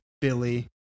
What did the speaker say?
Billy